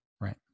Right